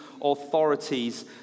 authorities